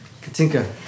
Katinka